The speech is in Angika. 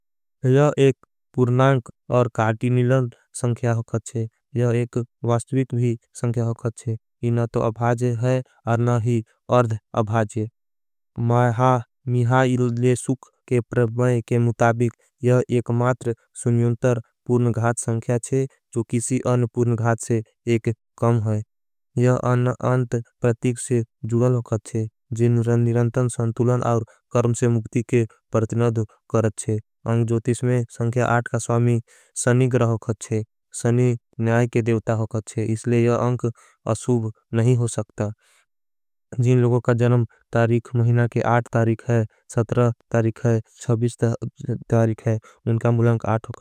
यह एक पुर्णांक और काटी निलन संख्या होगत है यह एक। वास्तविक भी संख्या होगत है यह ना तो अभाजे है और ना। ही अर्ध अभाजे है मिहा इले सुक के प्रभवाए के मुताबिक। यह एक मात्र सुन्योंतर पुर्ण गहाथ संख्या है जो किसी अन। पुर्ण गहाथ से एक कम है यह अन अंत प्रतिक से जुडल होगत। है जिन रन निरंतन संतुलन और कर्म से मुक्ति के परतिनद्ध। करते हैं अंग जोतिष में संख्या आठ का स्वामी सनी गरहोगत है। सनी नयाय के देवता होगत है इसलिए यह अंक असूभ नहीं हो। सकता जीन लोगों का जनम तारीक महिना के आठ तारीक है। सत्रा तारीक है सबिष्ट तारीक है उनका मुलांक आठ होगा।